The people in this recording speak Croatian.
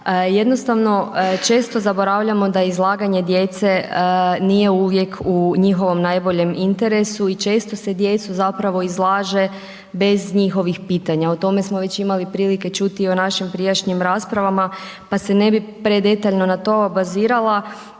jednostavno često zaboravljamo da izlaganje djece nije uvijek u njihovom najboljem interesu i često se djecu zapravo izlaže bez njihovih pitanja. O tome smo već imali prilike čuti i o našim prijašnjim rasprava, pa se ne bi premetaljko na to obazirala.